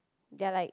they are like